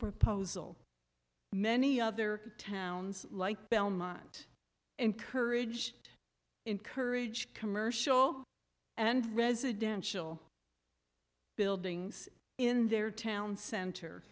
proposal many other towns like belmont encourage encourage commercial and residential buildings in their town center